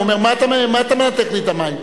הוא אומר: מה אתה מנתק לי את המים?